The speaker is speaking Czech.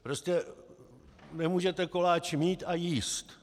Prostě nemůžete koláč mít a jíst.